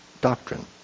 doctrine